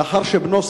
לאחר שבנו,